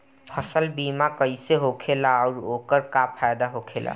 फसल बीमा कइसे होखेला आऊर ओकर का फाइदा होखेला?